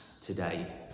today